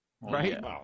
right